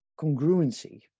congruency